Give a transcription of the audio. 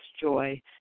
joy